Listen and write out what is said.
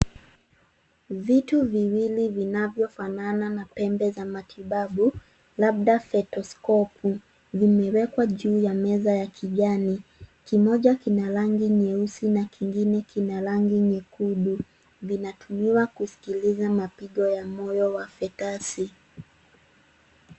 Vitu viwili vinavyo fanana na pembe za matibabu labda stetoskopu vimewekwa juu ya meza ya kijani. Kimoja kina rangi nyeusi na kingine kina rangi nyekundu. Vinatumiwa kusikiliza mapigo ya moyo wa fepasi.